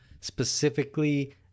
specifically